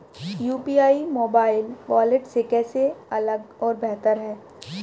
UPI mobile wallet से कैसे अलग और बेहतर है?